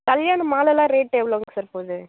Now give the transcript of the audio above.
கல்யாண மாலைலாம் ரேட் எவ்வளோங்க சார் போகுது